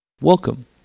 Welcome